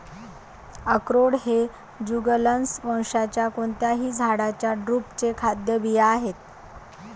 अक्रोड हे जुगलन्स वंशाच्या कोणत्याही झाडाच्या ड्रुपचे खाद्य बिया आहेत